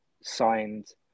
signed